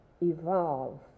evolve